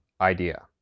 idea